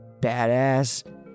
badass